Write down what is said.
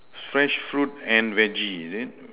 fresh fruit and veggie is it